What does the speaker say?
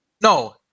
No